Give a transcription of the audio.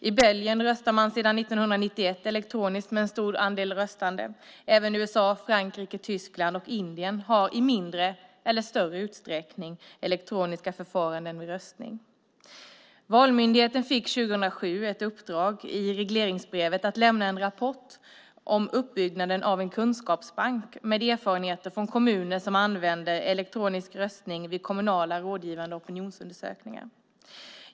I Belgien röstar man sedan 1991 elektroniskt med en stor andel röstande. Även USA, Frankrike, Tyskland och Indien har i mindre eller större utsträckning elektroniska förfaranden vid röstning. Valmyndigheten fick 2007 ett uppdrag i regleringsbrevet att lämna en rapport om uppbyggnaden av en kunskapsbank med erfarenheter från kommuner som använder elektronisk röstning vid kommunala rådgivande opinionsundersökningar.